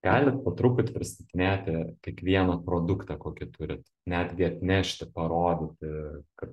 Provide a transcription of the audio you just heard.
galit po truputį pristatinėti kiekvieną produktą kokį turit netgi atnešti parodyti kad